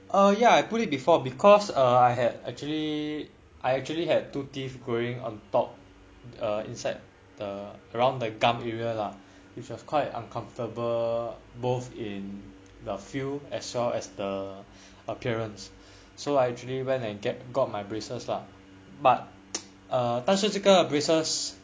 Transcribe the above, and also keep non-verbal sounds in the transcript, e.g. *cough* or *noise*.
uh ya I put it before because uh I had actually I actually had two teeth growing on top uh inside the around the gum area lah which was quite uncomfortable both in the feel as well as the appearance so I actually went and get got my braces lah but *noise* 但是这个 braces